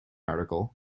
article